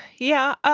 yeah.